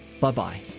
Bye-bye